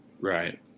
Right